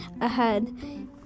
ahead